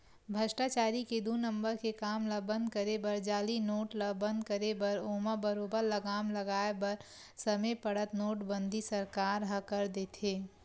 भस्टाचारी के दू नंबर के काम ल बंद करे बर जाली नोट ल बंद करे बर ओमा बरोबर लगाम लगाय बर समे पड़त नोटबंदी सरकार ह कर देथे